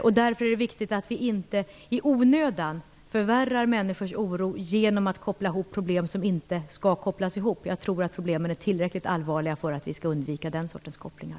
Det är viktigt att vi inte i onödan förvärrar människors oro genom att koppla ihop problem som inte skall kopplas ihop. Problemen är tillräcklig allvarliga för att vi skall undvika den sortens kopplingar.